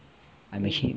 I'm actually